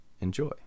Enjoy